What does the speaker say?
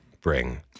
bring